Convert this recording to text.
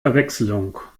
verwechslung